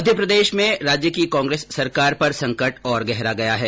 मध्यप्रदेश में राज्य की कांग्रेस सरकार पर संकट और गहरा गया है